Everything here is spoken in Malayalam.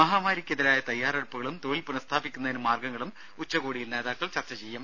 മഹാമാരിക്കെതിരായ തയ്യാറെടുപ്പുകളും തൊഴിൽ പുനഃസ്ഥാപിക്കുന്നതിന് മാർഗങ്ങളും ഉച്ചകോടിയിൽ നേതാക്കൾ ചർച്ച ചെയ്യും